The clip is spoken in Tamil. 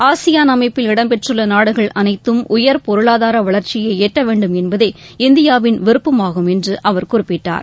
ஆசியான் அமைப்பில் இடம்பெற்றுள்ள நாடுகள் அனைத்தும் உயர் பொருளாதார வளர்ச்சியை எட்ட வேண்டும் என்பதே இந்தியாவின் விருப்பமாகும் என்று அவர் குறிப்பிட்டார்